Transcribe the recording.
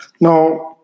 now